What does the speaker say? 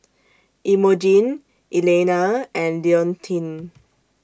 Emogene Elaina and Leontine